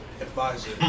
advisor